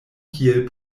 kiel